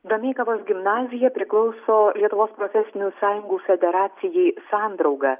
domeikavos gimnazija priklauso lietuvos profesinių sąjungų federacijai sandrauga